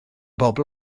bobl